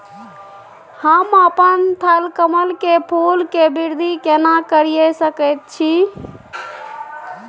हम अपन थलकमल के फूल के वृद्धि केना करिये सकेत छी?